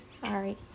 sorry